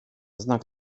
znak